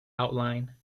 outline